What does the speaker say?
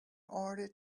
order